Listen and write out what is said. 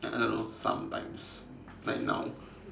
I I don't know sometimes like now